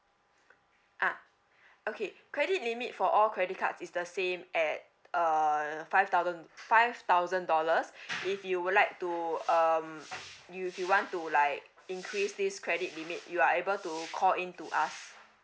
ah okay credit limit for all credit cards is the same at uh five thousand five thousand dollars if you would like to um you if you want to like increase this credit limit you are able to call in to ask